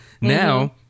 Now